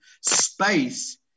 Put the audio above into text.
space